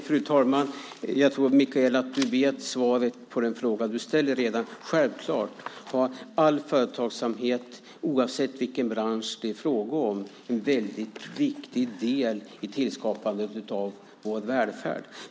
Fru talman! Jag tror att Mikaela vet svaret på den fråga hon ställer. Självklart har all företagsamhet, oavsett vilken bransch det är fråga om, en viktig del i tillskapandet av vår välfärd.